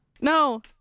No